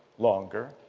longer,